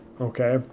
okay